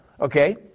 Okay